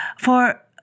for